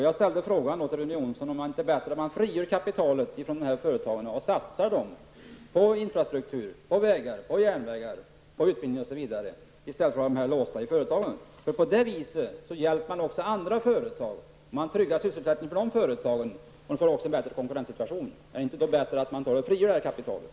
Jag ställde frågan till Rune Jonsson om det inte vore bättre att frigöra kapitalet i de här företagen och satsa pengarna på infrastruktur -- vägar, järnvägar, utbildning osv. -- i stället för att ha dem låsta i företagen. På det sättet hjälper man också andra företag. Man tryggar sysselsättningen för de företagen och man får en bättre konkurrenssituation. Är det då inte bättre att frigöra det här kapitalet?